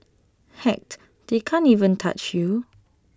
heck they can't even touch you